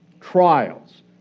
Trials